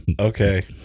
Okay